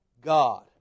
God